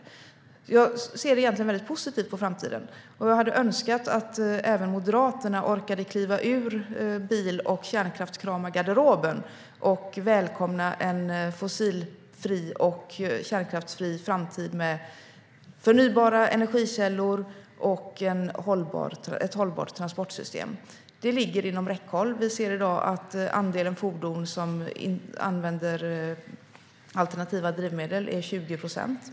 Jag ser egentligen mycket positivt på framtiden, och jag hade önskat att även Moderaterna orkade kliva ur bil och kärnkraftsgarderoben och välkomna en fossil och kärnkraftsfri framtid med förnybara energikällor och ett hållbart transportsystem. Det ligger inom räckhåll. Vi ser i dag att andelen fordon som använder alternativa drivmedel är 20 procent.